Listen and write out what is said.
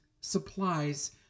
supplies